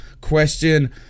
question